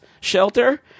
shelter